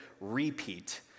repeat